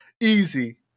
Easy